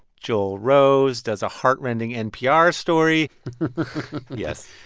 joel rose does a heart-rending npr story yes.